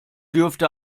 dürfte